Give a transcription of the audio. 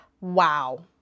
Wow